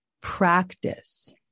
practice